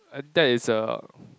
ah that is a